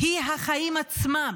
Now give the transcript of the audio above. היא החיים עצמם.